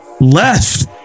left